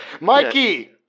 Mikey